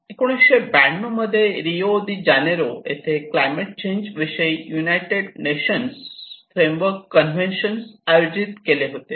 1992 मध्ये Rio de Janeiro येथे climate change विषयी युनायटेड नेशन्स फ्रेमवर्क कन्व्हेन्शन आयोजित केले गेले होते